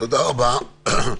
תודה רבה.